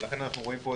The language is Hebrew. כמו שאתם רואים,